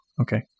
okay